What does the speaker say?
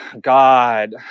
God